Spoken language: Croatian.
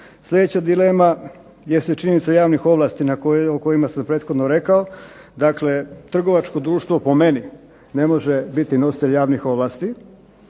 Sljedeća dilema jeste činjenica javnih ovlasti o kojima sam prethodno rekao, dakle, trgovačko društvo po meni ne može biti nositelj javnih ovlasti,